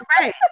Right